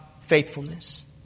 faithfulness